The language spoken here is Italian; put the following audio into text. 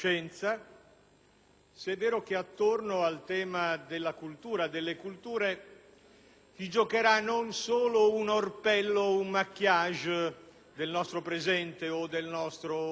se è vero che attorno al tema delle culture si giocherà non solo un orpello, un *maquillage*, del nostro presente o del nostro futuro,